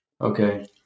Okay